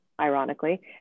Ironically